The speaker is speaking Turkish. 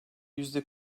yüzde